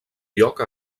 lloc